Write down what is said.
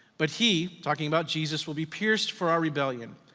but he, talking about jesus, will be pierced for our rebellion,